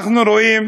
אנחנו רואים